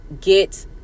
get